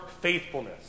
faithfulness